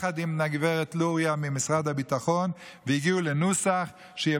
ויחד עם הגב' לוריא ממשרד הביטחון הגיעו לנוסח שבו